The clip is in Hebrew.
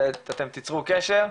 ואתם תיצרו קשר.